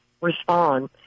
respond